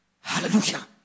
Hallelujah